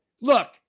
Look